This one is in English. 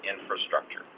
infrastructure